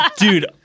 dude